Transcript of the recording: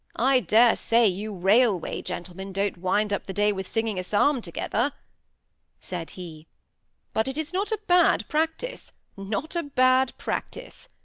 i dare say you railway gentlemen don't wind up the day with singing a psalm together said he but it is not a bad practice not a bad practice.